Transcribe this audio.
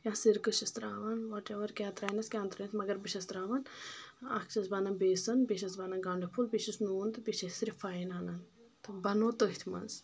یا سِرکہٕ چھِس ترٛاوان وَٹ ایٚوَر کیٛاہ ترٛایِنَس کیاہ نہٕ ترٛٲیِنَس مگر بہٕ چَھس ترٛاوان اکھ چھس بٕہ اَنان بیٚسَن بیٚیہِ چَھس بٕہ انان گنٛڈٕ پُھوٚل بیٚیہِ چھُس نوٗن تہٕ بیٚیہِ چھِ أسۍ صِرف فاین اَنان تہٕ بَنَو تٔتھۍ منٛز